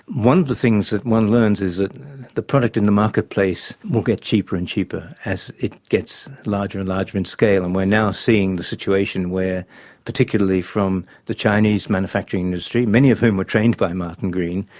one of the things that one learns is that the product in the marketplace will get cheaper and cheaper as it gets larger and larger in scale, and we're now seeing the situation where particularly from the chinese manufacturing industry, many of whom were trained by martin green,